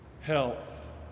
health